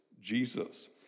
Jesus